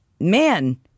man